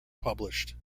published